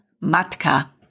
matka